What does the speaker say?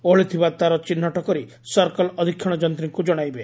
ଓହଳିଥିବା ତାର ଚିହ୍ଦୁଟ କରି ସର୍କଲ୍ ଅଧୀକ୍ଷଣ ଯନ୍ତୀଙ୍କୁ ଜଶାଇବେ